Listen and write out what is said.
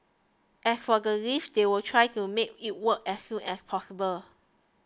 as for the lift they will try to make it work as soon as possible